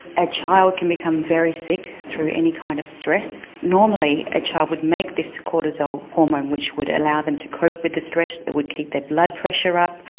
a child can become very sick through any kind of stress. normally a child would make this cortisol hormone which would allow them to cope with the stress, it would keep their blood pressure up,